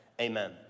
amen